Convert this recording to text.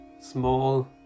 small